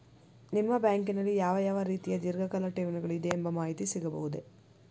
ನಿಮ್ಮ ಬ್ಯಾಂಕಿನಲ್ಲಿ ಯಾವ ಯಾವ ರೀತಿಯ ಧೀರ್ಘಕಾಲ ಠೇವಣಿಗಳು ಇದೆ ಎಂಬ ಮಾಹಿತಿ ಸಿಗಬಹುದೇ?